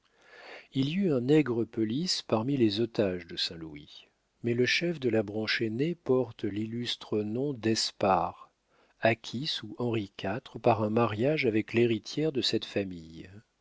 il y eut un nègrepelisse parmi les otages de saint louis mais le chef de la branche aînée porte l'illustre nom d'espard acquis sous henri iv par un mariage avec l'héritière de cette famille